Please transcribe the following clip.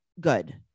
good